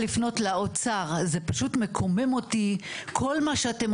גם אם תדברי בנועם, נשמע אותך אותו דבר, כמה שהכעס